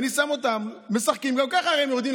אני שם אותם, משחקים.